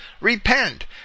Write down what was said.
repent